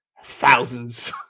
thousands